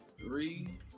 Three